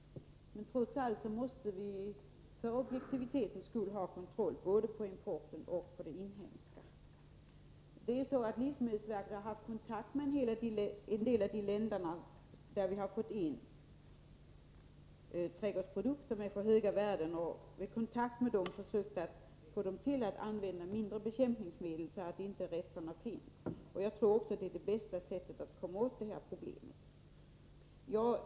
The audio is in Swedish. Men trots allt måste vi för objektivitetens skull ha kontroll både av importen och av den inhemska produktionen. Livsmedelsverket har haft kontakt med en del av de länder från vilka vi fått in trädgårdsprodukter med för höga värden. Vid dessa kontakter har man försökt få länderna att använda bekämpningsmedel i mindre utsträckning, så att det inte skall finnas kvar några rester på produkterna. Jag tror att det är det bästa sättet att komma åt det här problemet.